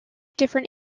different